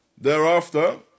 Thereafter